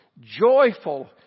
Joyful